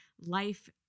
life